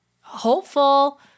hopeful